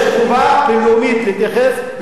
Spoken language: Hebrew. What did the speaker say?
יש חובה לאומית להתייחס,